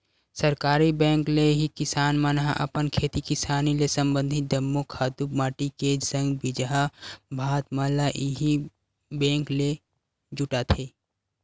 सहकारी बेंक ले ही किसान मन ह अपन खेती किसानी ले संबंधित जम्मो खातू माटी के संग बीजहा भात मन ल इही बेंक ले जुटाथे